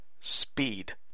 speed